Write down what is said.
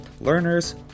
Learners